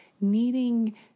needing